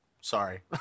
sorry